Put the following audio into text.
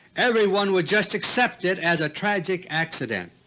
everyone would just accept it as a tragic accident,